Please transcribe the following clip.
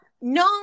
no